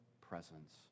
presence